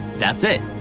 that's it!